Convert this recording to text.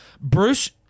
bruce